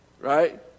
Right